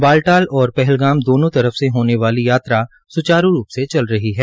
बालटाल और पहलगाम दोनों तरफ से होने वाली यात्रा स्चारू रूप से चल रही है